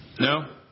No